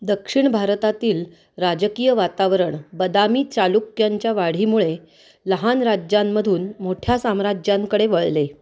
दक्षिण भारतातील राजकीय वातावरण बदामी चालुक्यांच्या वाढीमुळे लहान राज्यांमधून मोठ्या साम्राज्यांकडे वळले